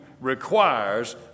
requires